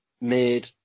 made